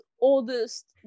oldest